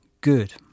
good